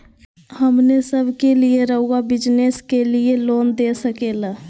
हमने सब के लिए रहुआ बिजनेस के लिए लोन दे सके ला?